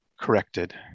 corrected